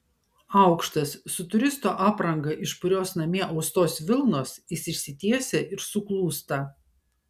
aukštas su turisto apranga iš purios namie austos vilnos jis išsitiesia ir suklūsta